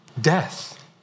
death